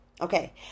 Okay